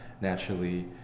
naturally